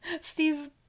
Steve